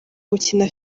gukina